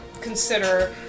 consider